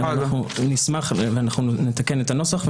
אנחנו נתקן את הנוסח.